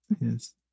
Yes